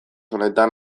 honetan